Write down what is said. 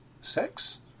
sex